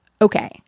Okay